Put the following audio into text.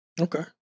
Okay